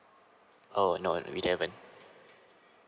oh no we haven't